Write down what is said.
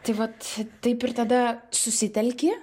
tai vat taip ir tada susitelki